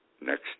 next